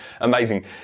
amazing